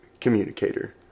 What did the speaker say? communicator